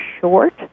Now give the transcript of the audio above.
short